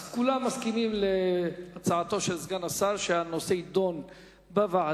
כולם מסכימים להצעתו של סגן השר שהנושא יידון בוועדה.